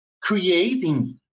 creating